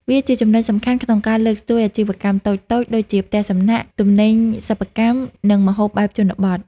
វាជាចំណុចសំខាន់ក្នុងការលើកស្ទួយអាជីវកម្មតូចៗដូចជា ផ្ទះសំណាក់ ទំនិញសិប្បកម្ម និងម្ហូបបែបជនបទ។